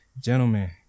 Gentlemen